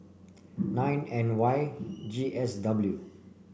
nine N Y G S W